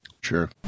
Sure